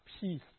peace